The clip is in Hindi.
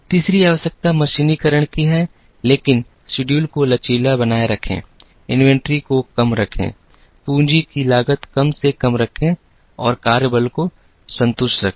तीसरी आवश्यकता मशीनीकरण की है लेकिन शेड्यूल को लचीला बनाए रखें इन्वेंटरी को कम रखें पूंजी की लागत कम से कम रखें और कार्य बल को संतुष्ट रखें